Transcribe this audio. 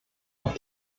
auf